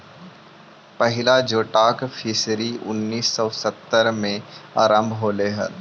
पहिला जोटाक फिशरी उन्नीस सौ सत्तर में आरंभ होले हलइ